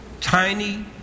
tiny